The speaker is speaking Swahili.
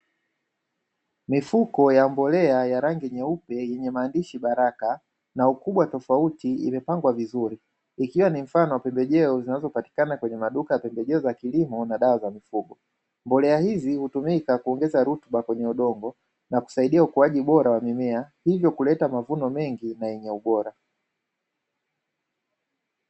Mifuko ya mbolea ya rangi nyeupe yenye maandishi "baraka" na ukubwa tofauti imepangwa vizuri. Ikiwa ni mfano wa pembejeo zinazopatikana kwenye maduka ya pembejeo za kilimo na dawa za mifugo. Mbolea hizi hutumika kuongeza rutuba kwenye udongo, na kusaidia ukuaji bora wa mimea, hivyo kuleta mavuno mengi na yenye ubora.